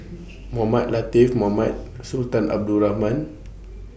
Mohamed Latiff Mohamed Sultan Abdul Rahman